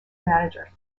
manager